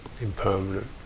impermanent